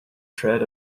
tread